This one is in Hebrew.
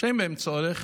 שאין בהן צורך.